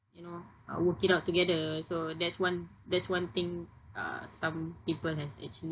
you know uh work it out together so that's one that's one thing uh some people has actually